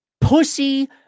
pussy